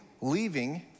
leaving